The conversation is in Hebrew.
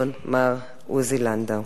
כבוד השר עוזי לנדאו.